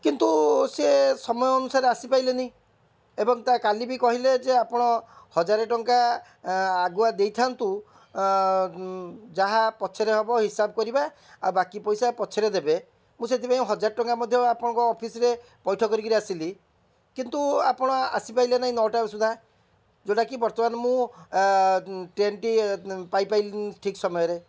କିନ୍ତୁ ସେ ସମୟ ଅନୁସାରେ ଆସିପାଇଲେନି ଏବଂ ତା' କାଲି ବି କହିଲେ ଯେ ଆପଣ ହଜାର ଟଙ୍କା ଆଗୁଆ ଦେଇଥାନ୍ତୁ ଯାହା ପଛରେ ହବ ହିସାବ କରିବା ଆଉ ବାକି ପଇସା ପଛରେ ଦେବେ ମୁଁ ସେଥିପାଇଁ ହଜାର ଟଙ୍କା ମଧ୍ୟ ଆପଣଙ୍କର ଅଫିସ୍ରେ ପଇଠ କରି କରି ଆସିଲି କିନ୍ତୁ ଆପଣ ଆସିପାଇଲେ ନାହିଁ ନଅଟା ସୁଦ୍ଧା ଯେଉଁଟା କି ବର୍ତ୍ତମାନ ମୁଁ ଟ୍ରେନ୍ଟି ପାଇଲିନି ଠିକ୍ ସମୟରେ